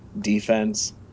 defense